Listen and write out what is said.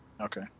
Okay